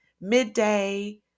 midday